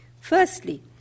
Firstly